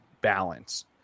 balance